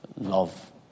Love